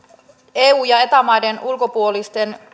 eu ja eta maiden ulkopuolisten